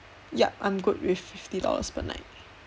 yup I'm good with fifty dollars per night